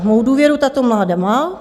Mou důvěru tato vláda má.